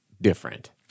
different